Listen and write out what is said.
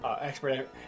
expert